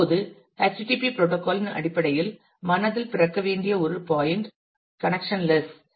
இப்போது http protocol இன் அடிப்படையில் மனதில் பிறக்க வேண்டிய ஒரு பாயிண்ட் கனெக்சன்லெஸ்